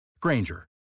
Granger